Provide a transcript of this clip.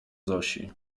zosi